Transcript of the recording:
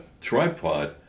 tripod